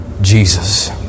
Jesus